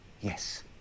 Yes